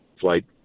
flight